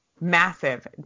Massive